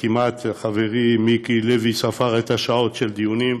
חברי מיקי לוי ספר את השעות של הדיונים,